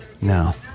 No